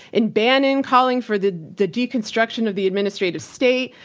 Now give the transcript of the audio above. and bannon calling for the the deconstruction of the administrative state.